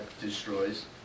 destroys